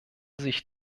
sich